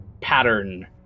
pattern